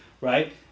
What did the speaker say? right